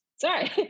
sorry